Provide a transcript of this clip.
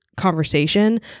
conversation